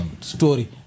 story